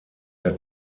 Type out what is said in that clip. der